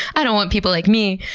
i don't want people like me.